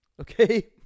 Okay